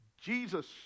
Jesus